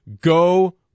Go